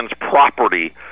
property